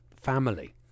Family